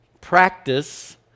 practice